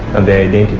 and their